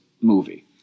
movie